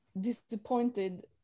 disappointed